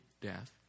death